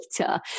later